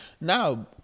Now